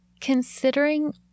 Considering